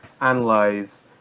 analyze